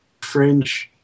fringe